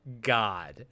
God